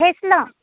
फेटलं